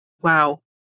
wow